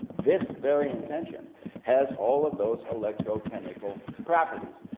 this very intention has all of those electrochemical properties.